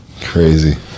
Crazy